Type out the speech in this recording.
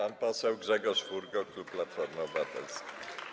Pan poseł Grzegorz Furgo, klub Platformy Obywatelskiej.